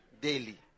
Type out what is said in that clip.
daily